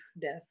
death